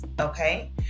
okay